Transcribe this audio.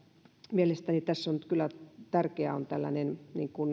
mielestäni tässä on nyt kyllä tärkeä tällainen